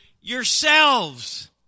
yourselves